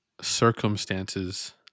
circumstances